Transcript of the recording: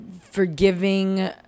forgiving